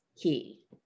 key